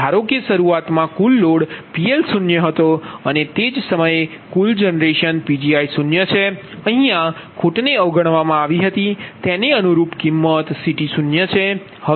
ધારો કે શરૂઆતમાં કુલ લોડ PL0હતો અને તે જ સમયે કુલ જનરેશન Pgi0છે અહીયા ખોટને અવગણવામાં આવી હતી અને તેને અનુરૂપ કિંમતCT0છે